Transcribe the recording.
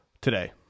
today